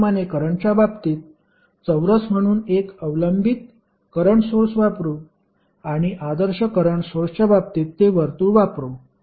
त्याचप्रमाणे करंटच्या बाबतीत चौरस म्हणून एक अवलंबित करंट सोर्स वापरू आणि आदर्श करंट सोर्सच्या बाबतीत ते वर्तुळ वापरू